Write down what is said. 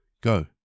Go